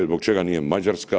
Zbog čega nije Mađarska?